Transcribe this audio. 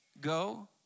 go